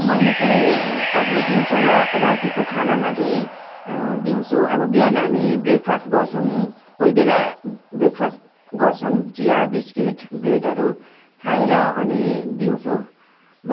मैले चाहिँ अब दिउँसो र रातिको खानामा चाहिँ दिउँसो अब बिहान हामी ब्रेकफास्ट गर्छौँ कोही बेला ब्रेकफास्ट गर्छौँ चिया बिस्किट ब्रेडहरू खाएर अनि दिउँसो